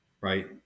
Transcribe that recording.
right